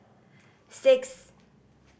six